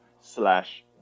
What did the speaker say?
slash